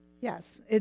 Yes